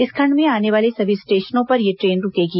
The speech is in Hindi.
इस खंड में आने वाले सभी स्टेशनों पर यह ट्रेन रूकेगी